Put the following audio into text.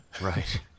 Right